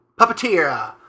puppeteer